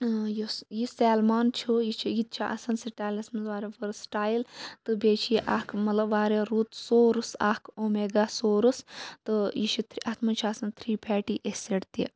یُس یہِ سٮ۪لمان چھُ یہِ چھِ یہِ تہِ چھِ آسان سٕٹایلَس منٛز واریاہ ؤرٕسٹایل تہٕ بیٚیہِ چھِ یہِ اَکھ مطلب واریاہ رُت سورٕس اَکھ اومیگا سورٕس تہٕ یہِ چھِ اَتھ منٛز چھِ آسان تھرٛی پھیٹی اٮ۪سِڈ تہِ